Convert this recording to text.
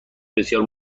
بسیار